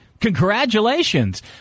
Congratulations